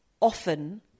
often